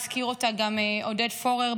הזכיר אותה גם עודד פורר,